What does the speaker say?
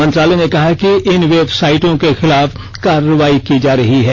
मंत्रालय ने कहा है कि इन वेबसाइटों के खिलाफ कार्रवाई की जा रही है